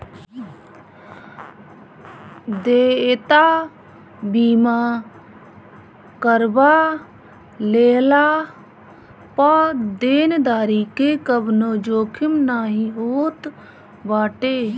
देयता बीमा करवा लेहला पअ देनदारी के कवनो जोखिम नाइ होत बाटे